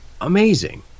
Amazing